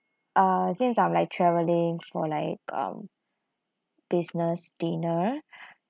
uh since I'm like traveling for like um business dinner